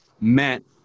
meant